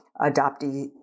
adoptee